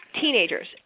teenagers